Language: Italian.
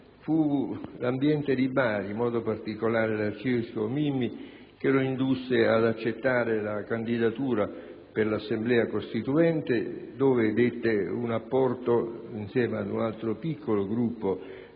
fu l'ambiente di Bari (in modo particolare l'arcivescovo Mimmi) che lo indusse ad accettare la candidatura per l'Assemblea costituente, dove, insieme ad un altro piccolo gruppo